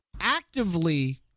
actively